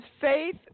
faith